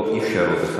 לא, אי-אפשר עוד אחד.